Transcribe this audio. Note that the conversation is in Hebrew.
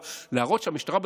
ואז הוא אמר: מה פתאום?